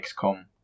XCOM